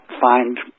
find